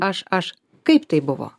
aš aš kaip tai buvo